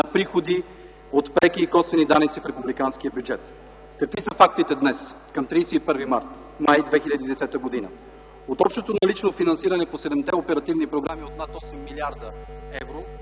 на приходи от преки и косвени данъци в републиканския бюджет. Какви са фактите към 31 май 2010 г.? От общото налично финансиране по седемте оперативни програми от над 8 млрд. евро